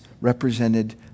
represented